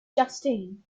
justine